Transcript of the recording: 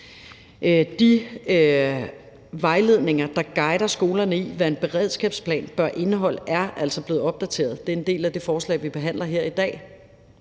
De vejledninger, der guider skolerne i, hvad en beredskabsplan bør indeholde, er altså blevet opdateret. Det er en del af det forslag, vi behandler her i dag,